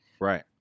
Right